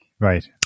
Right